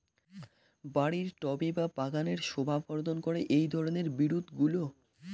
বাড়ির টবে বা বাগানের শোভাবর্ধন করে এই ধরণের বিরুৎগুলো